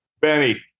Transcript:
Benny